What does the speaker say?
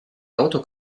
auto